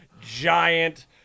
giant